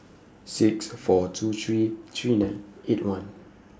six four two three three nine eight one